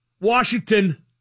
Washington